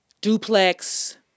duplex